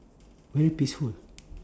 very peaceful